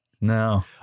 No